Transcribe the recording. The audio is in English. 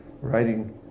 writing